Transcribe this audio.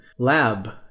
lab